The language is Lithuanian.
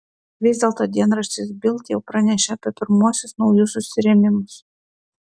vis dėlto dienraštis bild jau pranešė apie pirmuosius naujus susirėmimus